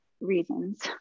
reasons